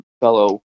fellow